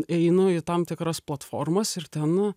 einu į tam tikras platformas ir ten